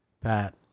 Pat